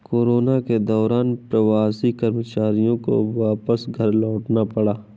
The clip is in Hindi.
कोरोना के दौरान प्रवासी कर्मचारियों को वापस घर लौटना पड़ा